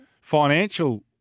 financial